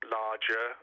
larger